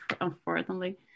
unfortunately